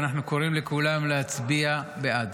ואנחנו קוראים לכולם להצביע בעד.